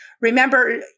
Remember